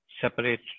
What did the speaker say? separate